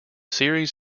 series